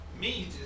Meat